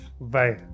Bye